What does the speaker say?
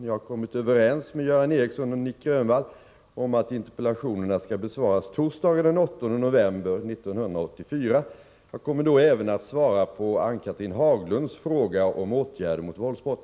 Jag har kommit överens med Göran Ericsson och Nic Grönvall om att interpellationerna skall besvaras torsdagen den 8 november 1984. Jag kommer då även att svara på Ann-Cathrine Haglunds fråga om åtgärder mot våldsbrott.